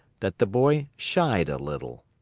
that the boy shied a little.